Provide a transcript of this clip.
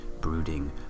brooding